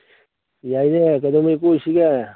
ꯌꯥꯏꯌꯦ ꯀꯩꯗꯧꯉꯩ ꯀꯣꯏꯁꯤꯒꯦ